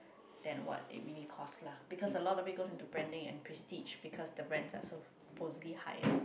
then what we need to cost lah because a lot of it goes in branding and pre stitch because the brands are supposedly higher